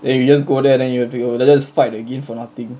then you just go there and then you have to go and just fight again for nothing